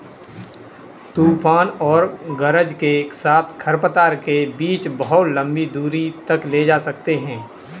तूफान और गरज के साथ खरपतवार के बीज बहुत लंबी दूरी तक ले जा सकते हैं